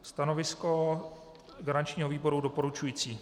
Stanovisko garančního výboru je doporučující.